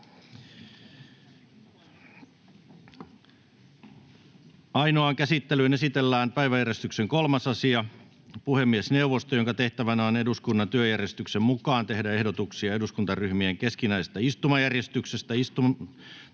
Ainoaan käsittelyyn esitellään päiväjärjestyksen 3. asia. Puhemiesneuvosto, jonka tehtävänä on eduskunnan työjärjestyksen mukaan tehdä ehdotuksia eduskuntaryhmien keskinäisestä istumajärjestyksestä